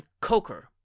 Coker